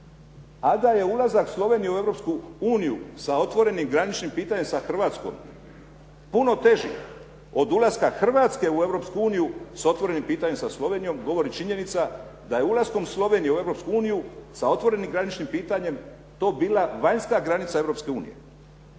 A da je ulazak Slovenije u Europsku uniju sa otvorenim graničnim pitanjem sa Hrvatskom puno teži od ulaska Hrvatske u Europsku uniju sa otvorenim pitanjem sa Slovenijom govori činjenica da je ulaskom Slovenije u Europsku uniju sa otvorenim graničnim pitanjem to bila vanjska granice